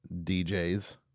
DJs